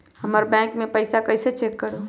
हमर बैंक में पईसा कईसे चेक करु?